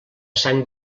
sant